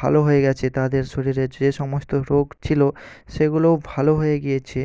ভালো হয়ে গেছে তাদের শরীরে যে সমস্ত রোগ ছিলো সেগুলোও ভালো হয়ে গিয়েছে